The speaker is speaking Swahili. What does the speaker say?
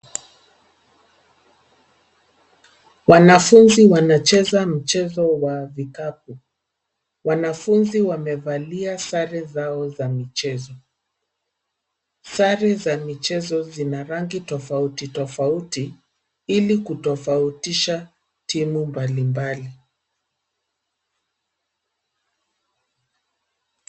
Wanafunzi wanacheza mchezo wa vikapu. Wanafunzi wamevalia sare zao za michezo. Sare za michezo zina rangi tofauti tofauti ili kutofautisha timu mbalimbali.